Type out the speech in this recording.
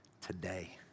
today